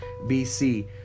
BC